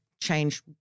change